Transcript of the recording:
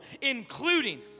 including